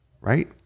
right